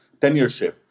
tenureship